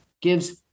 gives